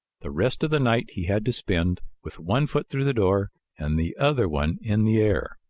the rest of the night he had to spend with one foot through the door and the other one in the air.